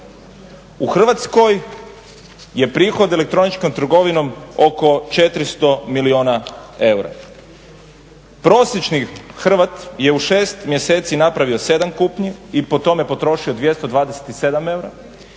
U Hrvatskoj je prihod elektroničkom trgovinom oko 400 milijuna eura. Prosječni Hrvat je u šest mjeseci napravio 7 kupnji i po tome potrošio 227 eura